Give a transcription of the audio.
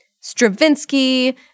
Stravinsky